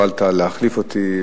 שבאופן מיוחד הואלת להחליף אותי,